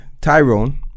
Tyrone